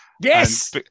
Yes